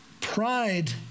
pride